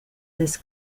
this